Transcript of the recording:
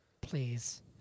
please